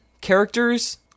characters